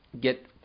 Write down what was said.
get